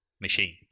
machine